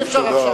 אי-אפשר עכשיו.